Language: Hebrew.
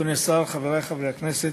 אדוני השר, חברי חברי הכנסת,